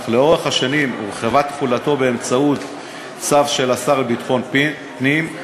אך לאורך השנים הורחבה תחולתו באמצעות צו של השר לביטחון פנים,